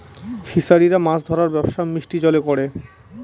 ফিসারিরা মাছ ধরার ব্যবসা মিষ্টি জলে করে